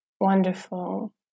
wonderful